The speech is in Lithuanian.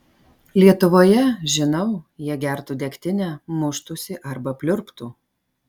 lietuvoje žinau jie gertų degtinę muštųsi arba pliurptų